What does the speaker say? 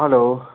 hello